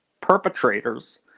perpetrators